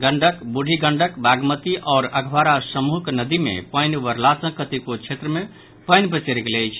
गंडक बूढ़ी गंडक बागमती आओर अधवारा समूहक नदी मे पानि बढ़ला सँ कतेको क्षेत्र मे पानि पसरि गेल अछि